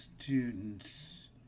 Students